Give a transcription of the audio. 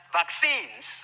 vaccines